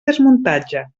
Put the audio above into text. desmuntatge